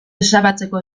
ezabatzeko